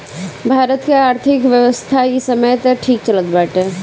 भारत कअ आर्थिक व्यवस्था इ समय तअ ठीक चलत बाटे